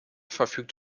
verfügt